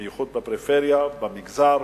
במיוחד בפריפריה, במגזר